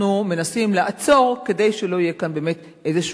אנחנו מנסים לעצור כדי שלא יהיה כאן באמת איזה קלקול.